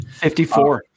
54